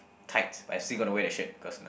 tight but I still gonna wear that shirt because you know